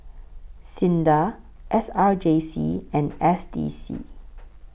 SINDA S R J C and S D C